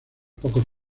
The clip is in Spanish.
pocos